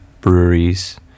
breweries